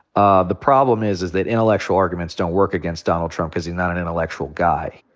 ah the problem is is that intellectual arguments don't work against donald trump cause he's not an intellectual guy.